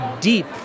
deep